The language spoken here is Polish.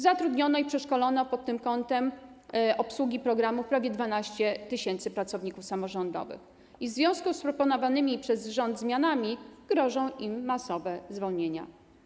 Zatrudniono i przeszkolono pod względem obsługi programów prawie 12 tys. pracowników samorządowych, którym w związku z proponowanymi przez rząd zmianami grożą masowe zwolnienia.